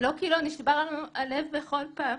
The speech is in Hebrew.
לא כי לא נשבר לנו הלב בכל פעם